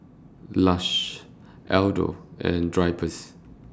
Lush Aldo and Drypers